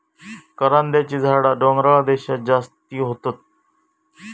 करांद्याची झाडा डोंगराळ देशांत जास्ती होतत